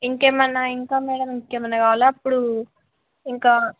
ఇంకేమైనా ఇంకా మేడమ్ ఇంకేమైనా కావాలా ఇప్పుడు ఇంకా